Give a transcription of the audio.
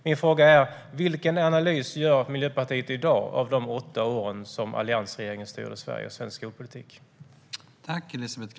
Min fråga är: Vilken analys gör Miljöpartiet i dag av de åtta åren då alliansregeringen styrde Sverige och svensk skolpolitik?